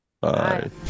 Bye